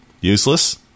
useless